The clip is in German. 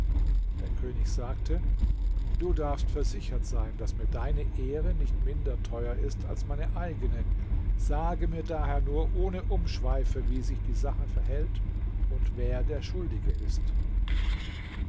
der könig sagte du darfst versichert sein daß mir deine ehre nicht minder teuer ist als meine eigene sage mir daher nur ohne umschweife wie sich die sache verhält und wer der schuldige ist